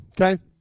okay